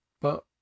But